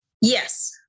Yes